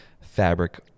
fabric